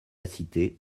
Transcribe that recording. cité